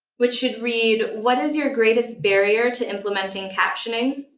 which should read, what is your greatest barrier to implementing captioning?